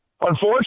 Unfortunately